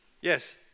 Yes